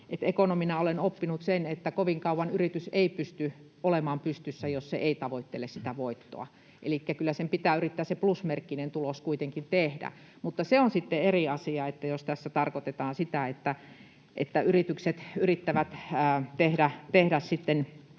Ekonomina olen oppinut sen, että kovin kauan yritys ei pysty olemaan pystyssä, jos se ei tavoittele voittoa, elikkä kyllä sen pitää yrittää plusmerkkinen tulos kuitenkin tehdä. Se on sitten eri asia, jos tässä tarkoitetaan sitä, että yritykset yrittävät tehdä voittoa